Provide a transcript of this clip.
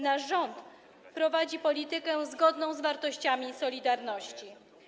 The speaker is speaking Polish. Nasz rząd prowadzi politykę zgodną z wartościami „Solidarności”